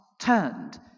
turned